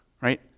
Right